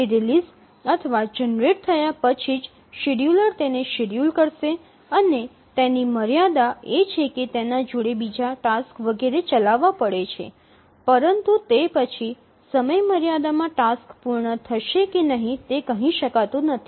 તે રિલીઝ અથવા જનરેટ થયા પછી જ શેડ્યૂલર તેને શેડ્યૂલ કરશે અને તેની મર્યાદા એ છે કે તેના જોડે કેટલાક બીજા ટાસ્ક વગેરે ચલાવવા પડે છે પરંતુ તે પછી સમયમર્યાદા માં ટાસ્ક પૂર્ણ થશે કે નહીં તે કહી શકાતું નથી